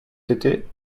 t’étais